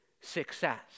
success